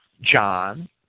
John